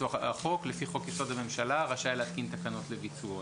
ביצוע החוק לפי חוק יסוד: הממשלה רשאי להתקין תקנות לביצועו.